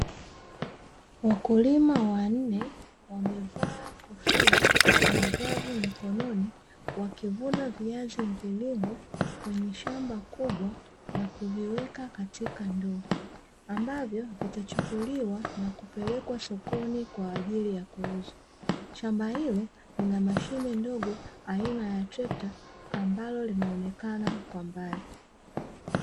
Wakulima wanne wanevaa kofia na glavu mikononi, wakivuna viazi mviringo kwenye shamba kubwa na kuviweka katika ndoo; ambavyo vitachukuliwa na kupelekwa sokoni kwa ajili ya kuuzwa. Shamba hilo lina mashine ndogo aina ya trekta ambalo linaonekana kwa mbali.